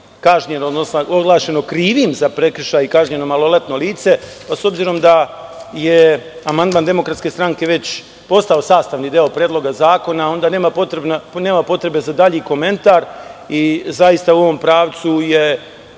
kažnjeno, odnosno oglašeno krivim za prekršaj kažnjeno maloletno lice, pa s obzirom da je amandman DS već postao sastavni deo predloga zakona, onda nema potrebe za dalji komentar i zaista u ovom pravcu je